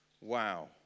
Wow